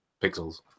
pixels